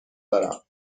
دارم